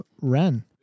ren